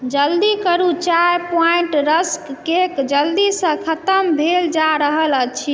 जल्दी करू चाय प्वाइण्ट रस्क केक जल्दीसँ खतम भेल जा रहल अछि